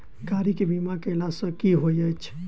गाड़ी केँ बीमा कैला सँ की होइत अछि?